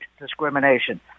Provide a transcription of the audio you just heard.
discrimination